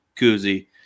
koozie